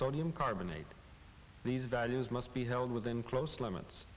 sodium carbonate these values must be held within close limits